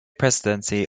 presidency